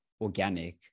organic